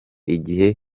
igihe